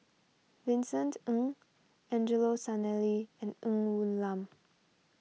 Vincent Ng Angelo Sanelli and Ng Woon Lam